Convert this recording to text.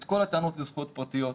את כל הטענות לזכויות פרטיות,